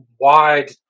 wide